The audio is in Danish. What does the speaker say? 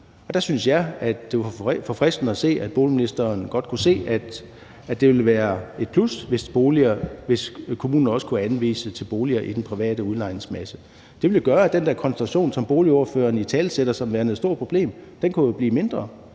det var forfriskende at se, at boligministeren godt kunne se, at det ville være et plus, hvis kommunen også kunne anvise til boliger i den private udlejningsmasse. Det ville jo gøre, at den koncentration, som boligordføreren italesætter som værende et stort problem, kunne blive mindre.